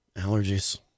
Allergies